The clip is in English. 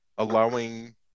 Allowing